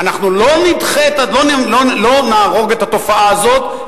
אנחנו לא נהרוג את התופעה הזאת,